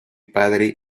padre